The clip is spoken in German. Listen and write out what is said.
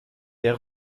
der